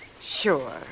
Sure